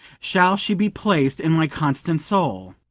shall she be placed in my constant soul.